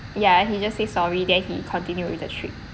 ya he just say sorry then he continued with the trip